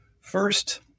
First